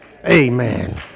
Amen